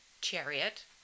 chariot